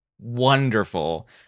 wonderful